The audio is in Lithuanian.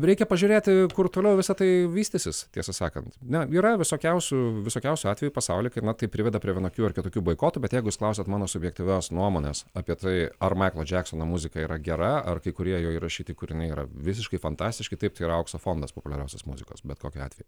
reikia pažiūrėti kur toliau visa tai vystysis tiesą sakant na yra visokiausių visokiausių atvejų pasauly kai na tai priveda prie vienokių ar kitokių boikotų bet jeigu jūs klausiat mano subjektyvios nuomonės apie tai ar maiklo džeksono muzika yra gera ar kai kurie jo įrašyti kūriniai yra visiškai fantastiški taip tai yra aukso fondas populiariosios muzikos bet kokiu atveju